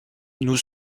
nous